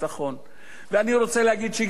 ואני רוצה להגיד שגם האירנים,